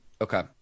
Okay